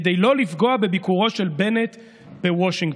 כדי לא לפגוע בביקורו של בנט בוושינגטון.